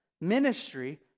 Ministry